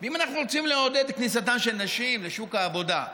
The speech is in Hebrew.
אם אנחנו רוצים לעודד את כניסתן של נשים לשוק העבודה,